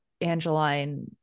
Angeline